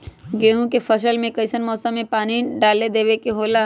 गेहूं के फसल में कइसन मौसम में पानी डालें देबे के होला?